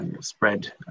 spread